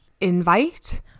invite